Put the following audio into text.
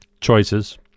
choices